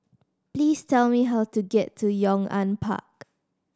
please tell me how to get to Yong An Park